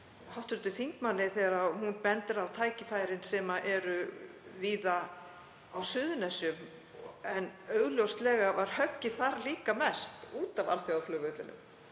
með hv. þingmanni þegar hún bendir á tækifærin sem eru víða á Suðurnesjum. En augljóslega var höggið þar líka mest út af alþjóðaflugvellinum